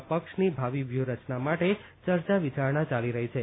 તેમાં પક્ષની ભાવી વ્યુહરચના માટે ચર્ચા વિચારણા ચાલી રહી છે